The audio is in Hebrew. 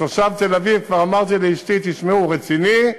כתושב תל-אביב כבר אמרתי לאשתי: תשמעי, הוא רציני,